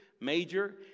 major